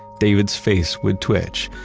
david's face would twitch.